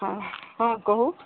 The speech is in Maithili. हँ हँ कहू